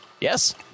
Yes